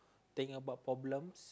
think about problems